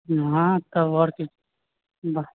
हँ तब आओर की